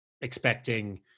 expecting